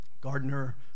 Gardener